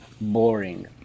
boring